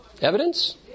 Evidence